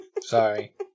Sorry